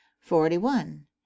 Forty-one